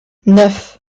neuf